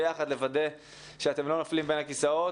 לוודא ביחד שאתם לא נופלים מוכל הכיסאות.